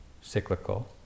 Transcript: cyclical